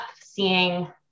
seeing